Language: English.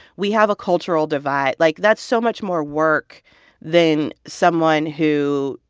we have a cultural divide. like, that's so much more work than someone who,